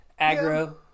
Aggro